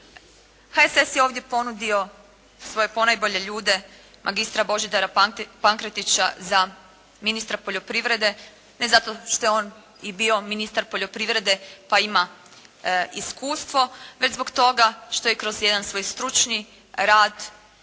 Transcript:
HSS je ovdje ponudio svoje ponajbolje ljude, magistra Božidara Pankretića za ministra poljoprivrede, ne zato što je on i bio ministar poljoprivrede pa ima iskustvo, već zbog toga što je kroz jedan svoj stručni rad